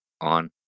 on